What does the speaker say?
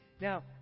Now